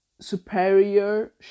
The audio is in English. superior